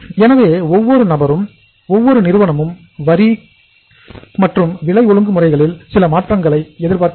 எனவே ஒவ்வொரு நபரும் ஒவ்வொரு நிறுவனமும் வரி மற்றும் விலை ஒழுங்கு முறைகளில் சில மாற்றங்களை எதிர்பார்க்கின்றன